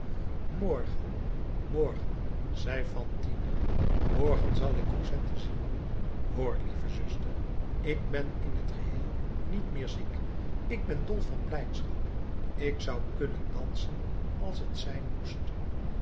morgen morgen zei fantine morgen zal ik cosette zien hoor lieve zuster ik ben in t geheel niet meer ziek ik ben dol van blijdschap ik zou kunnen dansen als t zijn moest